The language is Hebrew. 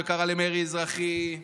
שקרא למרי אזרחי,